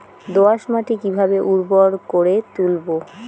দোয়াস মাটি কিভাবে উর্বর করে তুলবো?